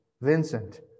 Vincent